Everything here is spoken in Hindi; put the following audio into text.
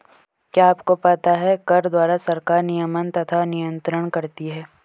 क्या आपको पता है कर द्वारा सरकार नियमन तथा नियन्त्रण करती है?